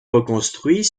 reconstruit